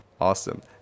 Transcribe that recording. Awesome